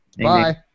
Bye